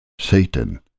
Satan